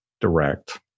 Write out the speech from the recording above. direct